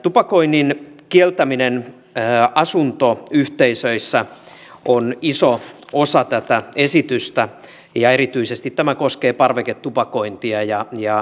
tupakoinnin kieltäminen asuntoyhteisöissä on iso osa esitystä ja erityisesti tämä koskee parveketupakointia